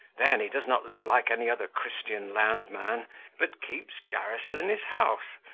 then he does not live like any other christian land-man but keeps garrison in his house,